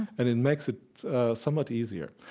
and it makes it somewhat easier.